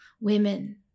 women